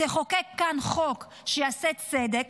תחוקק כאן חוק שיעשה צדק,